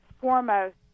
foremost